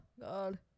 God